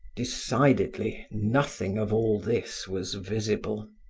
decidedly nothing of all this was visible.